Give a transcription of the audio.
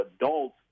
adults